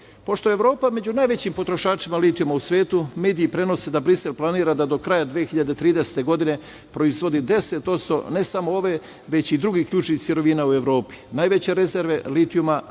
je Evropa među najvećim potrošačima litijuma u svetu, mediji prenose da Brisel planira da do kraja 2030. godine proizvodi 10% ne samo ove već i drugih ključnih sirovina u Evropi. Najveće rezerve litijuma